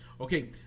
okay